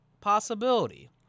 possibility